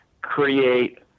create